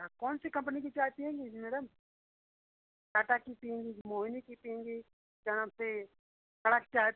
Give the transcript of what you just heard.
हाँ कौन सी कंपनी की चाय पिएंगे जी मैडम टाटा की पिएँगी कि मोहनी की पिएँगी क्या नाम से कड़क चाय पिए